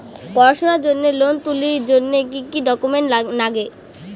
পড়াশুনার জন্যে লোন তুলির জন্যে কি কি ডকুমেন্টস নাগে?